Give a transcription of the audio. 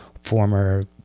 former